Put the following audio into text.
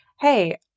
hey